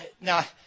now